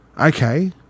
okay